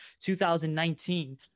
2019